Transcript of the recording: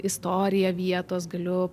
istoriją vietos galiu